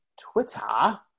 Twitter